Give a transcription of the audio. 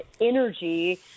energy